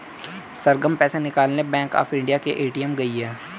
सरगम पैसे निकालने bank of India के ए.टी.एम गई है